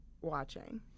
watching